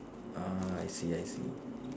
(uh huh) I see I see